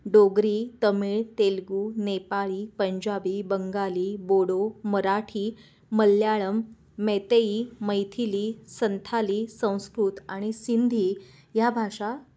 डोगरी तमिळ तेलगू नेपाळी पंजाबी बंगाली बोडो मराठी मल्याळम मेतई मैथिली संथाली संस्कृत आणि सिंधी ह्या भाषा